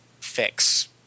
fix